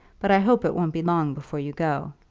but i hope it won't be long before you go.